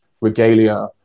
regalia